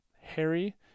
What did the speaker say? Harry